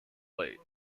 late